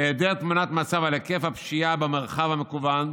היעדר תמונת מצב על היקף הפשיעה במרחב המקוון,